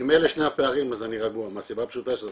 אם אלה שני הפערים אני רגוע, מהסיבה הפשוטה שזה